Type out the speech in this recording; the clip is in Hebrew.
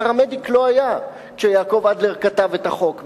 הפרמדיק לא היה כשיעקב אדלר כתב את החוק מזמן,